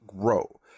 grow